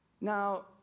Now